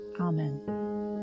Amen